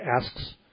asks